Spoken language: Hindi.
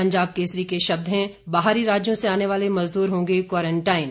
पंजाब केसरी के शब्द हैं बाहरी राज्यों से आने वाले मजदूर होंगे क्वारंटाइन